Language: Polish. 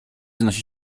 wznosi